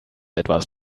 etwas